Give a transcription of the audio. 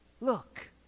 look